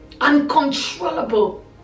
Uncontrollable